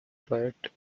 project